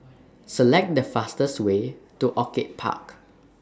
Select The fastest Way to Orchid Park